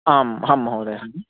आम् अहं महोदयः